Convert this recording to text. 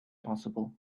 possible